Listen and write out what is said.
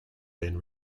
been